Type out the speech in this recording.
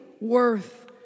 worth